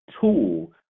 tool